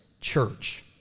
church